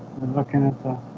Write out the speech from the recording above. looking at the